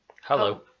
hello